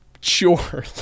Sure